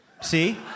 See